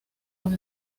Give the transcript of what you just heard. los